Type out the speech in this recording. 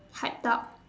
hyped up